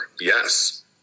Yes